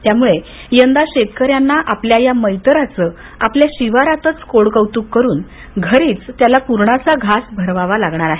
त्यामुळे यंदा शेतकर्यांतना आपल्या या मैतराचं आपल्या शिवारातच कोडकौतुक करून घरीच पुरणाचा घास भरवावा लागणार आहे